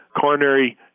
coronary